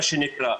מה שנקרא.